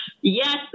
Yes